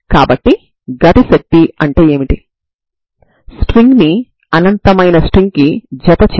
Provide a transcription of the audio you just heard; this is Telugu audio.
కాబట్టి 1 నుండి N వరకు వున్న పదాల మొత్తం కూడా పరిష్కారమవుతుంది